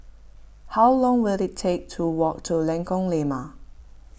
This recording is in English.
how long will it take to walk to Lengkong Lima